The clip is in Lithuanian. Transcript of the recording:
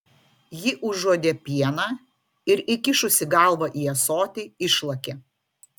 ji užuodė pieną ir įkišusi galvą į ąsotį išlakė